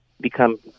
become